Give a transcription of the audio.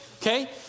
Okay